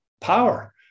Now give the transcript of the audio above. power